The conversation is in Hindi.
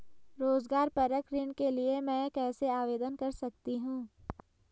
रोज़गार परक ऋण के लिए मैं कैसे आवेदन कर सकतीं हूँ?